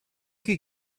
could